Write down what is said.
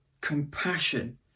compassion